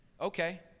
Okay